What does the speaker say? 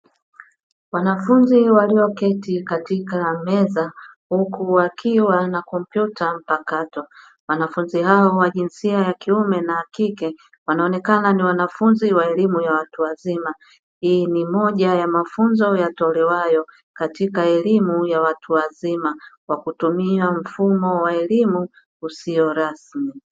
Wanafunzi walioketi katika meza huku wakiwa na kompyuta mpakato, wanafunzi hawa wa jinsia ya kiume na wakike wanaonekana ni wanafunzi wa elimu ya watu wazima, hii ni moja ya mafunzo yatolewayo katika mafunzo ya elimu ya watu wazima, kwa kutumia mfumo wa elimu isiyo rasmi.